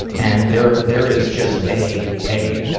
and there, there is just a, a,